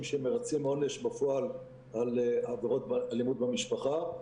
שמרצים עונש בפועל על עבירות אלימות במשפחה,